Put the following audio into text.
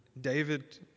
David